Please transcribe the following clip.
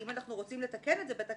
אם אנחנו רוצים לתקן את זה בתקנת